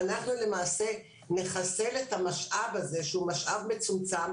אנחנו למעשה נחסל את המשאב הזה שהוא משאב מצומצם,